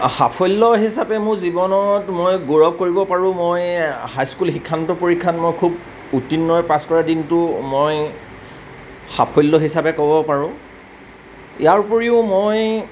সাফল্য হিচাপে মোৰ জীৱনত মই গৌৰৱ কৰিব পাৰোঁ মই হাই স্কুল শিক্ষান্ত পৰীক্ষাত মই খুব উত্তীৰ্ণৰে পাছ কৰা দিনটো মই সাফল্য হিচাপে ক'ব পাৰোঁ ইয়াৰোপৰিও মই